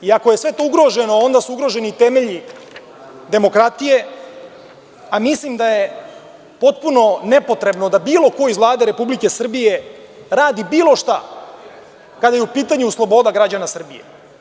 Ako je sve to ugroženo, onda su ugroženi temelji demokratije, a mislim da je potpuno nepotrebno da bilo ko iz Vlade Republike Srbije radi bilo šta kada je u pitanju sloboda građana Srbije.